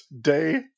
Day